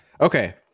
okay